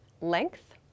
length